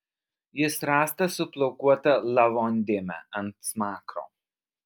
jis rastas su plaukuota lavondėme ant smakro